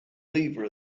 lever